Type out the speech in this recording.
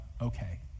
okay